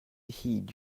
heed